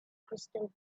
crystal